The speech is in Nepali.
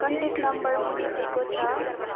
कन्ट्याक्ट नम्बर मुनि दिएको छ